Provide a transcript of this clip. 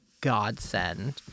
godsend